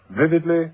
vividly